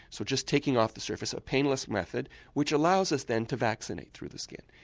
so just taking off the surface, a painless method which allows us then to vaccinate through the skin.